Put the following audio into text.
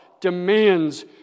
demands